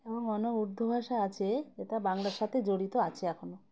এবং অন্য উর্দু ভাষা আছে এটা বাংলার সাথে জড়িত আছে এখনও